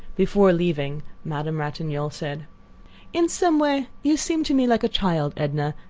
before leaving madame ratignolle said in some way you seem to me like a child, edna.